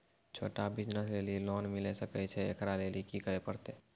छोटा बिज़नस लेली लोन मिले सकय छै? एकरा लेली की करै परतै